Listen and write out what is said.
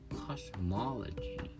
cosmology